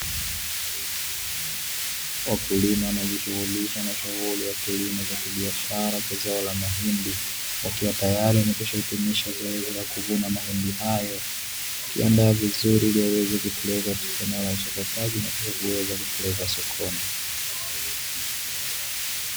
Wakulima wanaojishughulisha na shughuli ya kilimo cha kibiashara cha zao la mahindi, wakiwa tayari wamekwisha hitimisha zoezi la kuvuna mahindi hayo, wakiandaa vizuri ili waweze kupeleka katika eneo la uchakataji na kisha kuweza kupelekwa sokoni.